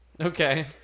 Okay